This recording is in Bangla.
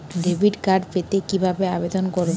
ডেবিট কার্ড পেতে কি ভাবে আবেদন করব?